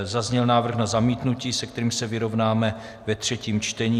Zazněl návrh na zamítnutí, se kterým se vyrovnáme ve třetím čtení.